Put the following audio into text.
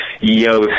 Yo